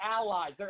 allies